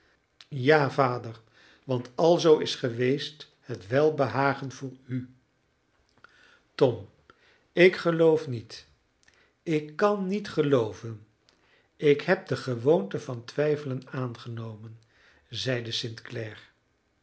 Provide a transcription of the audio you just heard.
ja vader want alzoo is geweest het welbehagen voor u tom ik geloof niet ik kan niet gelooven ik heb de gewoonte van twijfelen aangenomen zeide st